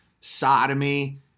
sodomy